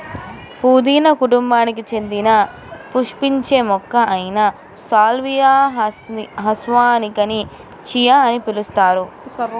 పుదీనా కుటుంబానికి చెందిన పుష్పించే మొక్క అయిన సాల్వియా హిస్పానికాని చియా అని పిలుస్తారు